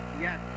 Yes